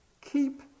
keep